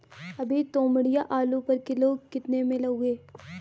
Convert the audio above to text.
अभी तोमड़िया आलू पर किलो कितने में लोगे?